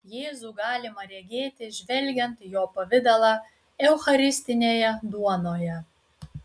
jėzų galima regėti žvelgiant į jo pavidalą eucharistinėje duonoje